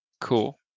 cool